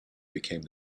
became